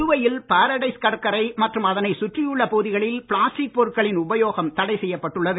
புதுவையில் பாரடைஸ் கடற்கரை மற்றும் அதனைச் சுற்றுயுள்ள பகுதிகளில் பிளாஸ்டிக் பொருட்களின் உபயோகம் தடை செய்யப் பட்டள்ளது